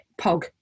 POG